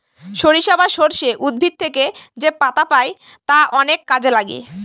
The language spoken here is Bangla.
সরিষা বা সর্ষে উদ্ভিদ থেকে যেপাতা পাই তা অনেক কাজে লাগে